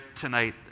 tonight